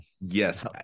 Yes